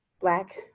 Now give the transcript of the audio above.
Black